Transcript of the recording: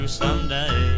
someday